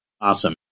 Awesome